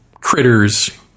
critters